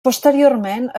posteriorment